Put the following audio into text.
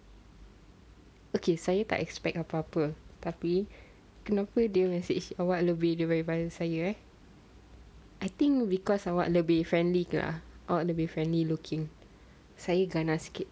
okay saya tak expect apa-apa tapi kenapa dia message awak lebih daripada saya ah I think because awak lebih friendly ke awak lebih friendly looking saya garang sikit